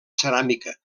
ceràmica